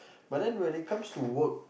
but then when it comes to work